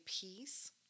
peace